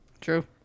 True